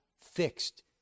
fixed